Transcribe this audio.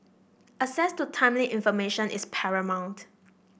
access to timely information is paramount